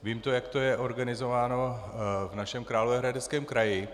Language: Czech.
Vím, jak to je organizováno v našem Královéhradeckém kraji.